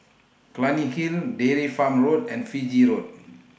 Clunny Hill Dairy Farm Road and Fiji Road